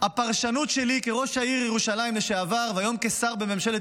הפרשנות שלי כראש העיר ירושלים לשעבר וכיום כשר בממשלת